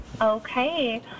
okay